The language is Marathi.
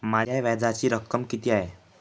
माझ्या व्याजाची रक्कम किती आहे?